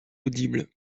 audibles